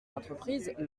l’entreprise